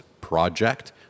project